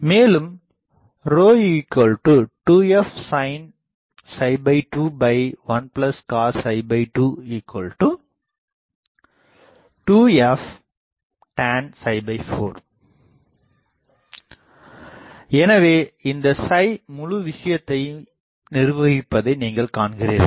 மேலும்2fsin 21cos 22f tan 4 எனவே இந்த முழு விஷயத்தையும் நிர்வகிப்பதை நீங்கள் காண்கிறீர்கள்